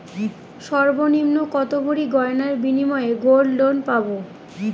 সর্বনিম্ন কত ভরি গয়নার বিনিময়ে গোল্ড লোন পাব?